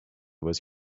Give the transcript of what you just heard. was